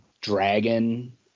Dragon